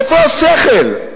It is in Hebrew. איפה השכל?